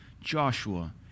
Joshua